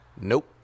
nope